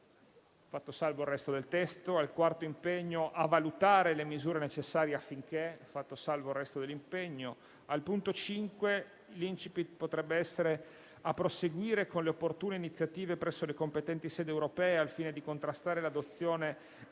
fatto salvo il resto del testo; che il quarto impegno inizi con le parole: «a valutare le misure necessarie affinché», fatto salvo il resto dell'impegno. Al punto 5) l'*incipit* potrebbe essere il seguente: «a proseguire con le opportune iniziative presso le competenti sedi europee, al fine di contrastare l'adozione del